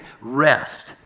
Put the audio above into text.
rest